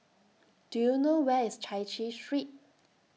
Do YOU know Where IS Chai Chee Street